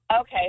Okay